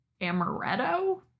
amaretto